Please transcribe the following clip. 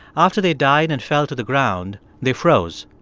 after they died and fell to the ground, they froze.